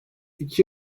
iki